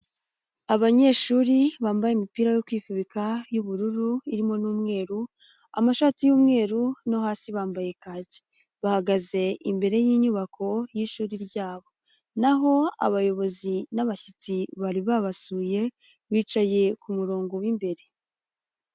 Abanyeshuri bambaye imipira yo kwifubika y'ubururu irimo n'umweru, amashati y'umweru no hasi bambaye kaki. bahagaze imbere y'inyubako y'ishuri ryabo. Naho abayobozi n'abashyitsi bari babasuye, bicaye ku murongo w'imbere.